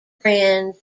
friends